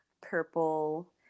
purple